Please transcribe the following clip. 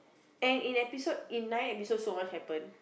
and in episode in nine episode so much happen